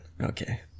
Okay